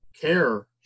care